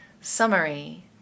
summary